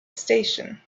station